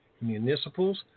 Municipals